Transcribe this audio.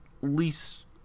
least